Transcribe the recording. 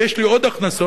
ויש לי עוד הכנסות,